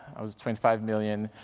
was twenty five million